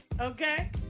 okay